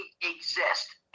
exist